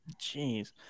Jeez